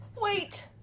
Wait